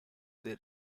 their